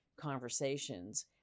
conversations